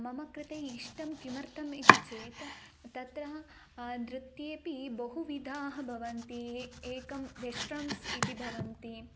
मम कृते इष्टं किमर्थम् इति चेत् तत्र नृत्येऽपि बहुविधाः भवन्ति ए एकं वेश्ट्रन्स् इति भवन्ति